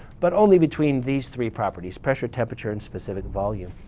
but only between these three properties pressure, temperature, and specific volume.